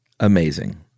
Amazing